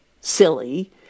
silly